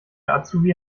azubi